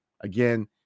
again